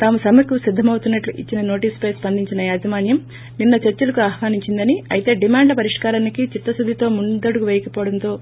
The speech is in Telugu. తాము సమ్మెకు సిద్దమవుతున్నట్టు ఇచ్చీన నోటీసుపై స్పందించిన యాజమాన్యం నిన్న చర్చలకు ఆహ్వానించిందని అయితే డిమాండ్ల పరిష్కారానికి చిత్తశుద్గితో ముందడుగు వేయకపోవటంతో